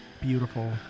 beautiful